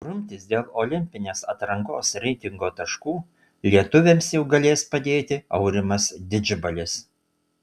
grumtis dėl olimpinės atrankos reitingo taškų lietuviams jau galės padėti aurimas didžbalis